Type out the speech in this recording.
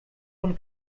von